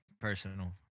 personal